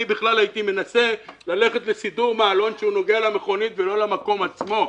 אני בכלל הייתי מנסה ללכת לסידור מעלון שנוגע למכונית ולא למקום עצמו.